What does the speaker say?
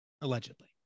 Allegedly